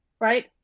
right